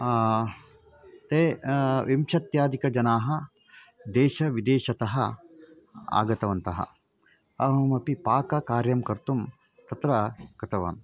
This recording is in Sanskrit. ते विंशत्यधिकजनाः देशविदेशतः आगतवन्तः अहमपि पाककार्यं कर्तुं तत्र गतवान्